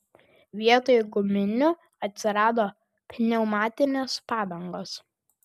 vietoj guminių atsirado pneumatinės padangos